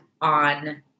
on